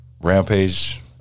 Rampage